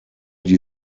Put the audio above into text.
die